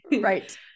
Right